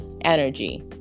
energy